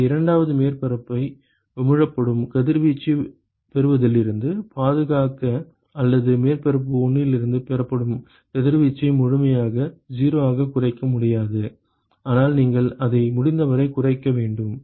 எனவே இரண்டாவது மேற்பரப்பை உமிழப்படும் கதிர்வீச்சைப் பெறுவதிலிருந்து பாதுகாக்க அல்லது மேற்பரப்பு 1 இலிருந்து பெறப்படும் கதிர்வீச்சை முழுமையாக 0 ஆகக் குறைக்க முடியாது ஆனால் நீங்கள் அதை முடிந்தவரை குறைக்க வேண்டும்